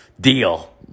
deal